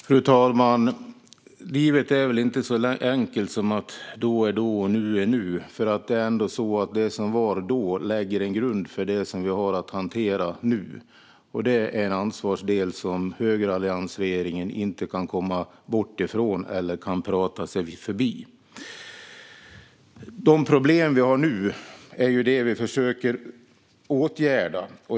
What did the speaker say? Fru talman! Livet är inte så enkelt som att då är då och nu är nu. Det som var då lägger ju en grund för det som vi har att hantera nu. Det är en del av ansvaret som högeralliansregeringen inte kan komma bort ifrån eller prata sig förbi. De problem vi har nu är sådana vi försöker åtgärda.